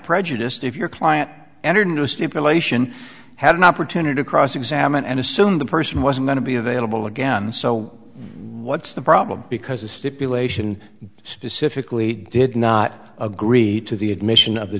prejudiced if your client entered into a stipulation had an opportunity to cross examine and assume the person wasn't going to be available again so what's the problem because the stipulation specifically did not agree to the admission of